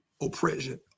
oppression